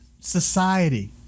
society